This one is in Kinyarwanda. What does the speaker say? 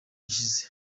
gishize